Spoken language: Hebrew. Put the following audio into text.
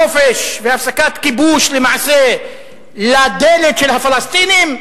חופש והפסקת כיבוש למעשה לדלת של הפלסטינים,